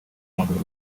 maguru